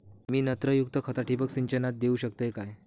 मी नत्रयुक्त खता ठिबक सिंचनातना देऊ शकतय काय?